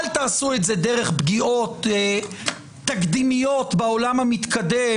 אל תעשו את זה דרך פגיעות תקדימיות בעולם המתקדם,